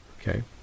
Okay